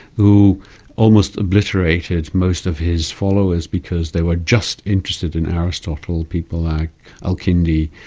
who almost obliterated most of his followers because they were just interested in aristotle, people like al kindi,